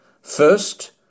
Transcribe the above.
First